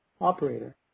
Operator